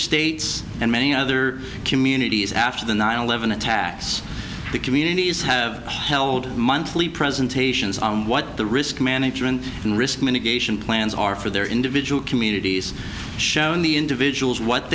states and many other communities after the nine eleven attacks the communities have held monthly presentations on what the risk management and risk mitigation plans are for their individual communities shown the individuals what